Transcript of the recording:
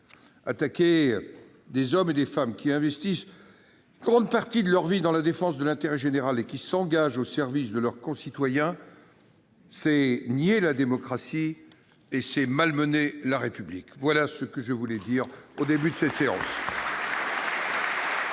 Attaquer des hommes et des femmes qui investissent une grande partie de leur vie dans la défense de l'intérêt général et qui s'engagent au service de leurs concitoyens, c'est nier la démocratie, c'est malmener la République. L'ordre du jour appelle les